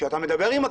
כשאתה מדבר עם הכלא,